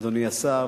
אדוני השר,